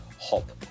hop